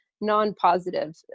non-positive